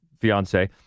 fiance